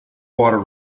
water